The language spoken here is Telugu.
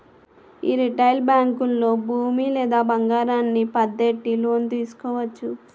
యీ రిటైలు బేంకుల్లో భూమి లేదా బంగారాన్ని పద్దెట్టి లోను తీసుకోవచ్చు